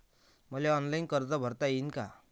मले ऑनलाईन कर्ज भरता येईन का?